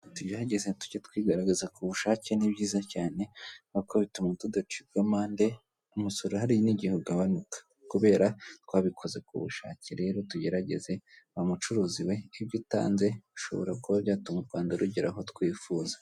Tugerageze tujye twigaragaza ku bushake ni byiza cyane ni bituma tudacibwa amande umusoro u hari n'igihe ugabanuka kubera twabikoze ku bushake rero tugerageze wa mucuruzi we nk'ibyo utanze bishobora kuba byatuma u rwanda rugera aho twifuza.